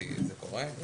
אני